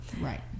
Right